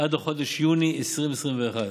עד חודש יוני 2021,